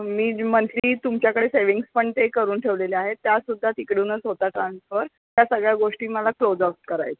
मी monthly तुमच्याकडे savings पण ते करून ठेवलेले आहेत त्यासुद्धा तिकडूनच होता ट्रान्सफर त्या सगळ्या गोष्टी मला क्लोज आउट करायचं